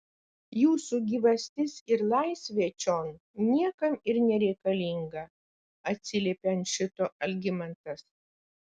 jūsų gyvastis ir laisvė čion niekam ir nereikalinga atsiliepė ant šito algimantas